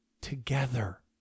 together